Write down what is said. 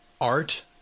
art